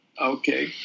Okay